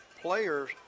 players